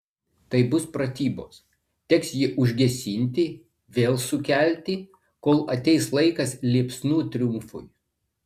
tai bus pratybos teks jį užgesinti vėl sukelti kol ateis laikas liepsnų triumfui